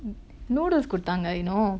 noodles குடுத்தாங்க:kuduthaanga you know